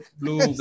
blue